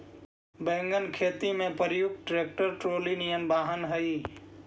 wagon खेती में प्रयुक्त ट्रैक्टर ट्रॉली निअन वाहन हई